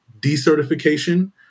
decertification –